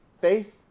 faith